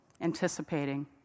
anticipating